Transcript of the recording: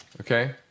Okay